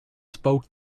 spoke